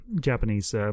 Japanese